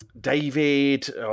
David